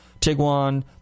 Tiguan